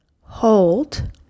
Hold